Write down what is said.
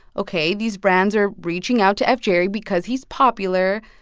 ok, these brands are reaching out to fjerry because he's popular.